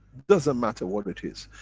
doesn't matter what it is.